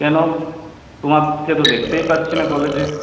কেন তোমাকে তো দেখতেই পাচ্ছি না কলেজে